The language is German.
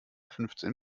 fünfzehn